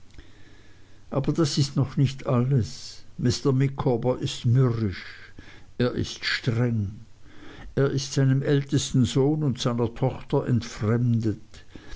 aber das ist noch nicht alles mr micawber ist mürrisch er ist streng er ist seinem ältesten sohn und seiner tochter entfremdet